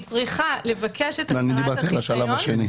היא צריכה לבקש את הסרת החיסיון.